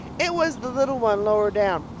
it was the little one lower down.